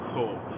Cool